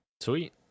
Sweet